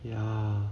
ya